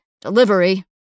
Delivery